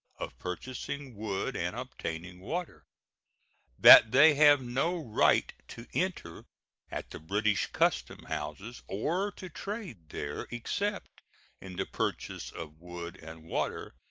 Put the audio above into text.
of purchasing wood and obtaining water that they have no right to enter at the british custom-houses or to trade there except in the purchase of wood and water,